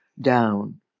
down